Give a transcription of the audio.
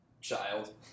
child